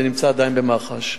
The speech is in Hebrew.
זה נמצא עדיין במח"ש.